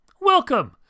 Welcome